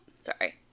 Sorry